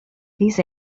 these